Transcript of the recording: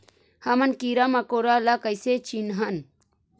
हमन कीरा मकोरा ला कइसे चिन्हन?